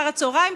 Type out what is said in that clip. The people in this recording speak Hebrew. אחר הצוהריים,